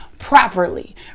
properly